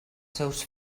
seus